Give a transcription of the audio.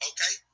Okay